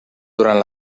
durant